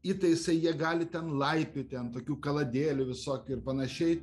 įtaisai jie gali ten laipioti ant tokių kaladėlių visokių ir panašiai